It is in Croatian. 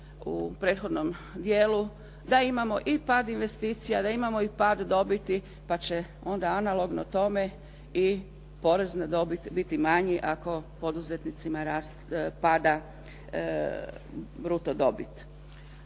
u prethodnom dijelu da imamo i pad investicija, da imamo i pad dobiti pa će onda analogno tome i porez na dobit biti manji ako poduzetnicima pada bruto dobit.